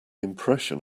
impression